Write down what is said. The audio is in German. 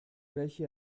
welche